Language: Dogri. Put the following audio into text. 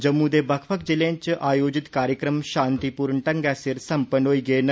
जम्मू दे बक्ख बक्ख ज़िलें च आयोजित कार्यक्रम शांतिपूर्ण ढंगै सिर संपन्न होई गे न